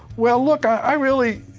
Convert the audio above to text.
well, look i really,